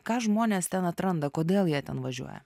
ką žmonės ten atranda kodėl jie ten važiuoja